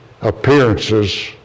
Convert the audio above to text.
appearances